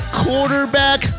quarterback